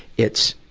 it's,